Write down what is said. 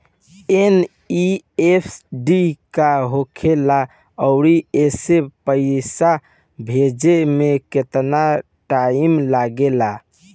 NEFT का होखे ला आउर एसे पैसा भेजे मे केतना टाइम लागेला?